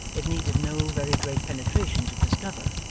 it needed no very great penetration to discover,